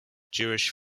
jewish